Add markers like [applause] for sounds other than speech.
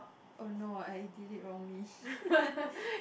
oh no I delete wrongly [laughs]